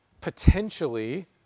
potentially